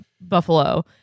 Buffalo